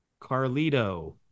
carlito